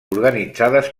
organitzades